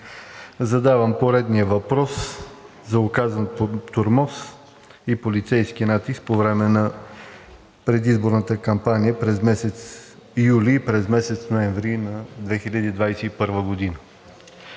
Задавам поредния въпрос за оказан тормоз и полицейски натиск по време на предизборната кампания през месец юли и през месец ноември на 2021 г.